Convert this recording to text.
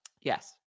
yes